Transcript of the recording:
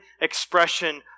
expression